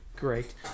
Great